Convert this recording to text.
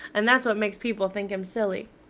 and that's what makes people think him silly.